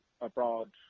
abroad